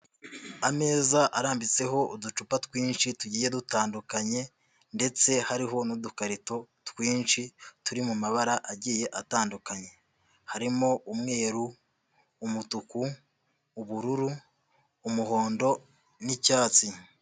Ameza arambitseho uducupa twinshi tugiye dutandukanye ndetse hariho n'udukarito twinshi turi mu mabara agiye atandukanye harimo: umweru, umutuku, ubururu, umuhondo n'icyatsi.